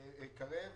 אנשי קרן קרב,